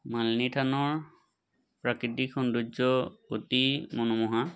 মালনী থানৰ প্ৰাকৃতিক সৌন্দৰ্য অতি মনোমোহা